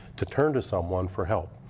to turn to someone for help.